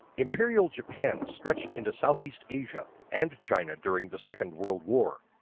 imperial japan stretched into southeast asia and china during the second world war.